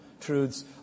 truths